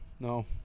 No